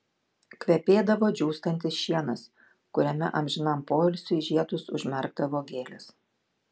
kvepėdavo džiūstantis šienas kuriame amžinam poilsiui žiedus užmerkdavo gėlės